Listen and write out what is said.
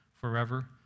forever